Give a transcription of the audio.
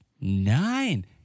nine